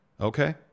Okay